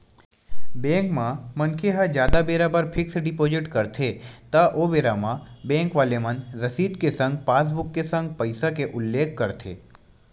bank म मनखे ह जादा बेरा बर फिक्स डिपोजिट करथे त ओ बेरा म बेंक वाले मन रसीद के संग पासबुक के संग पइसा के उल्लेख करथे